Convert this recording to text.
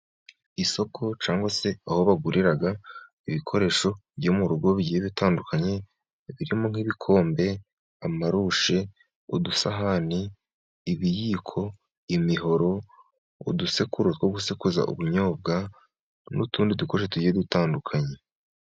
Isoko cyangwa se aho bagurira ibikoresho byo mu rugo bigiye bitandukanye birimo:nk'ibikombe, amarushe ,udusahani, ibiyiko, imihoro, udusekuru two gusekuza ubunyobwa, n'utundi dukoresho tugiye dutandukanye.